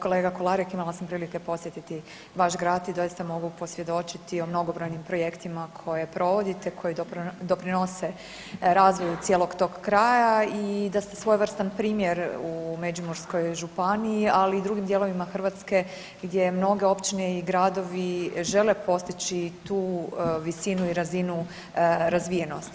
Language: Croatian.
Kolega Kolarek, imala sam prilike posjetiti vaš grad i doista mogu posvjedočiti o mnogobrojnim projektima koje provodite koji doprinose razvoju cijelog tog kraja i da ste svojevrstan primjer u Međimurskoj županiji, ali i u drugim dijelovima Hrvatske gdje mnoge općine i gradovi žele postići tu visinu i razinu razvijenosti.